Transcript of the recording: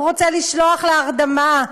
הוא רוצה לשלוח להרדמה,